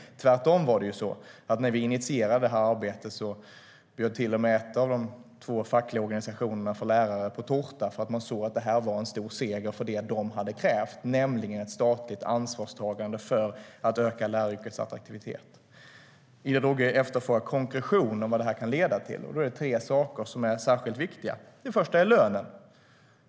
Tvärtom bjöd ju en av de två fackliga organisationerna för lärare till och med på tårta när vi initierade det här arbetet, för de såg att det var en stor seger för det de hade krävt - ett statligt ansvarstagande för att öka läraryrkets attraktivitet. Ida Drougge efterfrågar konkretion i vad detta kan leda till, och det är tre saker som är särskilt viktiga. Den första är lönen.